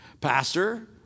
Pastor